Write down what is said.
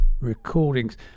recordings